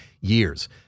years